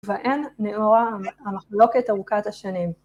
בהן נעורה המחלוקת ארוכת השנים